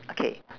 okay